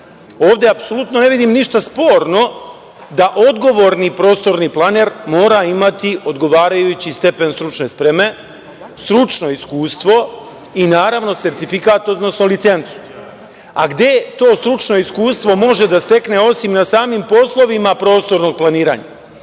apsolutno ne vidim ništa sporno da odgovorni prostorni planer mora imati odgovarajući stepen stručne spreme, stručno iskustvo i, naravno, sertifikat, odnosno licencu. A gde to stručno iskustvo može da stekne, osim na samim poslovima prostornog planiranja?